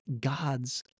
God's